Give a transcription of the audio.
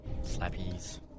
Slappies